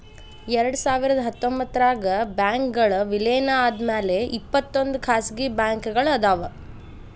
ಎರಡ್ಸಾವಿರದ ಹತ್ತೊಂಬತ್ತರಾಗ ಬ್ಯಾಂಕ್ಗಳ್ ವಿಲೇನ ಆದ್ಮ್ಯಾಲೆ ಇಪ್ಪತ್ತೊಂದ್ ಖಾಸಗಿ ಬ್ಯಾಂಕ್ಗಳ್ ಅದಾವ